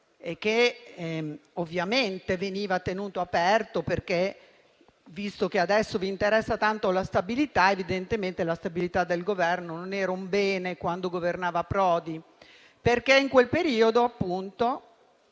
e che ovviamente veniva tenuto aperto. Adesso vi interessa tanto la stabilità, ma, evidentemente, la stabilità del Governo non era un bene quando governava Prodi, perché in quel periodo, appunto,